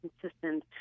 consistent